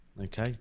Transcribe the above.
okay